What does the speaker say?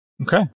Okay